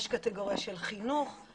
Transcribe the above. יש קטגוריה של חינוך,